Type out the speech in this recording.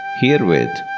Herewith